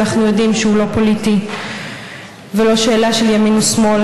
אנחנו יודעים שהוא לא פוליטי ולא שאלה של ימין ושמאל